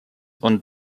und